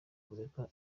kureka